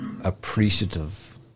appreciative